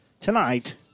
tonight